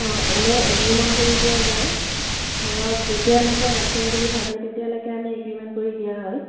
অঁ এনেই এগ্ৰ্ৰীমণ্ট কৰি দিয়া যায় ধৰক যেতিয়ালৈকে ৰাখিম বুলি ভাবে তেতিয়ালৈকে আমি এগ্ৰ্ৰীমেণ্ট কৰি দিয়া হয়